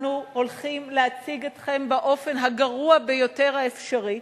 אנחנו הולכים להציג אתכם באופן הגרוע ביותר האפשרי,